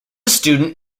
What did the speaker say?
student